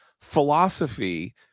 philosophy